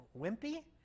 wimpy